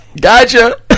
Gotcha